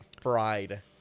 fried